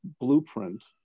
blueprint